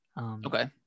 Okay